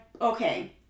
Okay